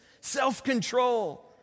self-control